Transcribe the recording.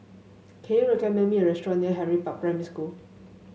can you recommend me a restaurant near Henry Park Primary School